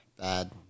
bad